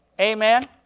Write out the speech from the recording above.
Amen